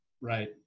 Right